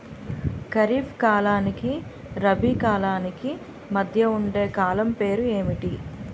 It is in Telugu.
ఖరిఫ్ కాలానికి రబీ కాలానికి మధ్య ఉండే కాలం పేరు ఏమిటి?